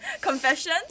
confession